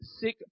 sick